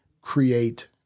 create